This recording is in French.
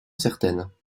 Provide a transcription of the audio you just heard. certaine